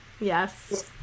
Yes